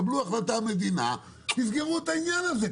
קבלו החלטת מדינה, תסגרו את העניין הזה.